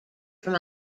from